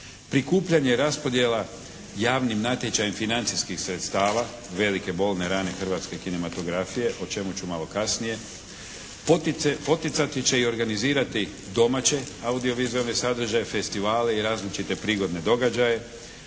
prikupljanje i raspodjela javnim natječajem financijskih sredstava, velike bolne rane hrvatske kinematografije o čemu ću malo kasnije, poticati će i organizirati domaće audiovizualne sadržaje, festivale i različite prigodne događaje,